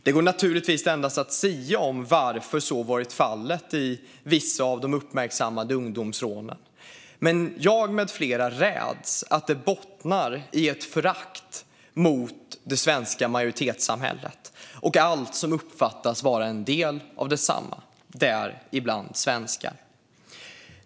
Det går naturligtvis bara att gissa varför så har varit fallet i vissa av de uppmärksammade ungdomsrånen, men jag med flera räds att det bottnar i ett förakt mot det svenska majoritetssamhället och allt som uppfattas vara en del av det, däribland svenskar.